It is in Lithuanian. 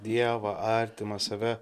dievą artimą save